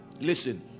Listen